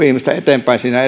ihmistä paljon eteenpäin siinä